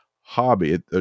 hobby